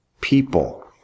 people